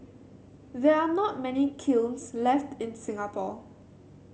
there are not many kilns left in Singapore